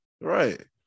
right